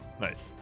Nice